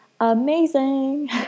amazing